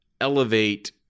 elevate